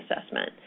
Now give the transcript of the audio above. assessment